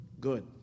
good